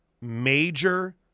major